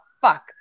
fuck